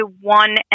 one